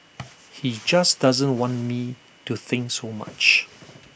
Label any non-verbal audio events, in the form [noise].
[noise] he just doesn't want me to think so much